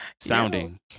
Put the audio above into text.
Sounding